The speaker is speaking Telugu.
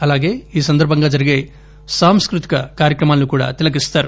అలాగే ఈ సందర్బంగా జరిగే సాంస్కృతిక కార్యక్రమాలను తిలకిస్తారు